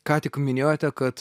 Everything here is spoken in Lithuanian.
ką tik minėjote kad